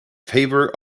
favour